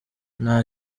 nta